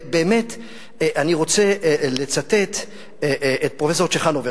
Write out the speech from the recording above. אני רוצה לצטט את פרופסור צ'חנובר,